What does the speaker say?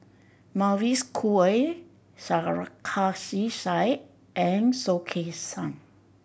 Mavis Khoo Oei Sarkasi Said and Soh Kay Siang